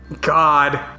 God